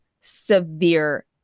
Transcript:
severe